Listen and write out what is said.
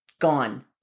gone